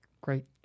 Great